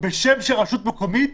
בשם של רשות מקומית.